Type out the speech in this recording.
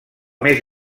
més